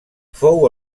fou